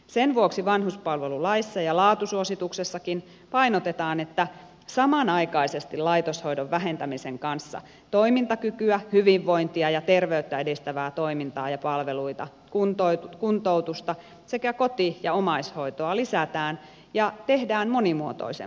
sen vuoksi vanhuspalvelulaissa ja laatusuosituksessakin painotetaan että samanaikaisesti laitoshoidon vähentämisen kanssa toimintakykyä hyvinvointia ja terveyttä edistävää toimintaa ja palveluita kuntoutusta sekä koti ja omaishoitoa lisätään ja tehdään monimuotoisemmaksi